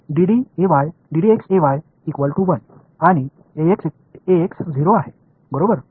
तर dAydx 1 आणि 0 आहे बरोबर